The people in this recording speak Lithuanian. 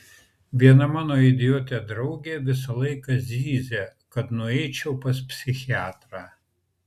viena mano idiotė draugė visą laiką zyzia kad nueičiau pas psichiatrą